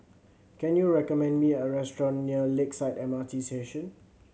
can you recommend me a restaurant near Lakeside M R T Station